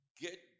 Get